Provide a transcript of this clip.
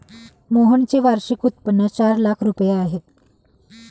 मोहनचे वार्षिक उत्पन्न चार लाख रुपये आहे